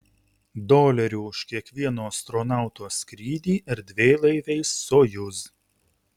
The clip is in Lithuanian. dolerių už kiekvieno astronauto skrydį erdvėlaiviais sojuz